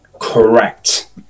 Correct